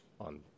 on